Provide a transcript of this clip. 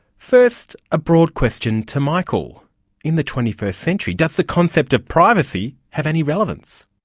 first, a broad question to michael in the twenty first century does the concept of privacy have any relevance?